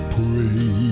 pray